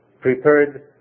prepared